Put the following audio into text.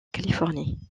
californie